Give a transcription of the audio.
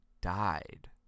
died